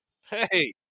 Hey